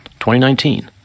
2019